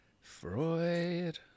Freud